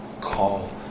call